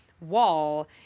wall